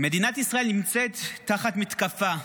מדינת ישראל נמצאת תחת מתקפה,